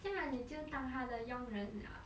这样你就当他的佣人了